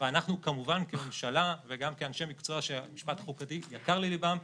אנחנו כמובן כממשלה וגם כאנשי מקצוע שמשפט חוקתי יקר לליבם,